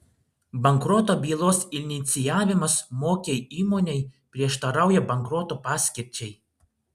bankroto bylos inicijavimas mokiai įmonei prieštarauja bankroto paskirčiai